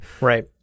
Right